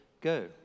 go